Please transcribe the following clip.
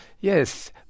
Yes